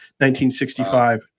1965